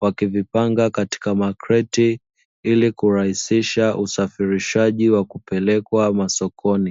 wakivipanga katika makreti ili kurahisisha usafirishaji wa kupelekwa masokoni.